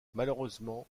malheureusement